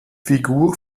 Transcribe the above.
figur